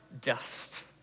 dust